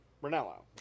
Brunello